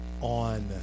on